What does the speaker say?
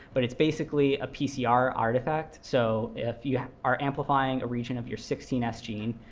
but it's basically a pcr artifact. so if you are amplifying a region of your sixteen s gene,